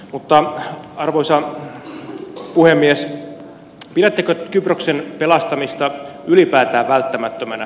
mutta arvoisa puhemies pidättekö kyproksen pelastamista ylipäätään välttämättömänä